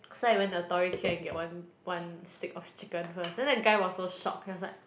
so I went to the Tori-Q and get one one stick of chicken first then the guy was so shocked he was like